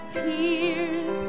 tears